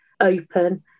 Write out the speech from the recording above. open